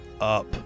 up